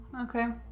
okay